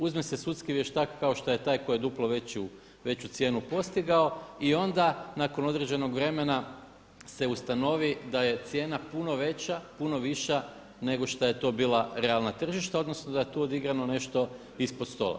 Uzme se sudski vještak kao šta je taj koji je duplo veću cijenu postigao i onda nakon određenog vremena se ustanovi da je cijena puno veća, puno viša nego šta je to bila realna tržišna, odnosno da je tu odigrano nešto ispod stola.